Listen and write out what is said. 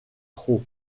trot